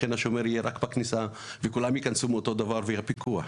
וכולם אמורים להיכנס דרך השומר מאותה הכניסה וכך יהיה פיקוח.